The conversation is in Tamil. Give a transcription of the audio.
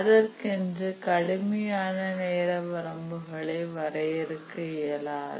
அதற்கென்று கடுமையான நேர வரம்புகளை வரையறுக்க இயலாது